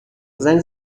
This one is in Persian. زنگ